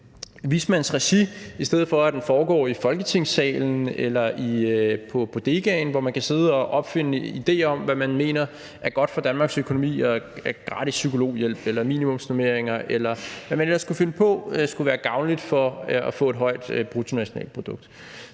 vismændenes regi, i stedet for at den foregår i Folketingssalen eller på bodegaen, hvor man kan sidde og opfinde idéer om, hvad man mener er godt for Danmarks økonomi – gratis psykologhjælp eller minimumsnormeringer, eller hvad man ellers kunne finde på skulle være gavnligt for at få et højt bruttonationalprodukt.